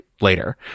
later